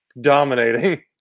dominating